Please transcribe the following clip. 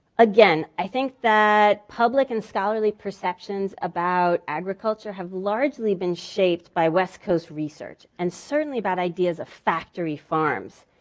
again, i think that public and scholarly perceptions about agriculture have largely been shaped by west coast research and certainly about ideas of factory farms.